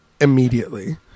immediately